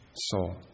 soul